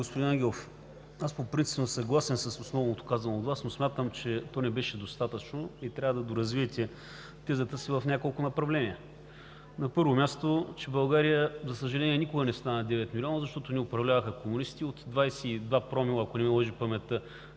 господин Ангелов, по принцип съм съгласен с основното, казано от Вас, но смятам, че то не беше достатъчно и трябва да доразвиете тезата си в няколко направления. На първо място, че България, за съжаление, никога не стана 9 милиона, защото ни управляваха комунистите. От 22 промила естествен прираст,